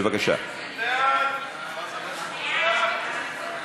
סעיף 14, כהצעת הוועדה, נתקבל.